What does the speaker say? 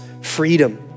freedom